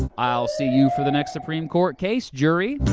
i'll see you for the next supreme court case, jury!